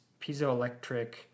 piezoelectric